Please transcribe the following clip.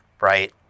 right